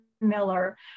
Miller